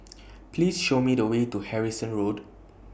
Please Show Me The Way to Harrison Road